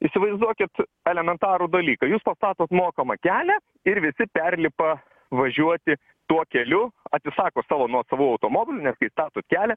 įsivaizduokit elementarų dalyką jūs pastatot mokamą kelią ir visi perlipa važiuoti tuo keliu atsisako savo nuosavų automobilių nes kai statot kelią